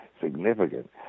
significant